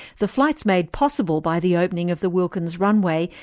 the flights, made possible by the opening of the wilkins runway,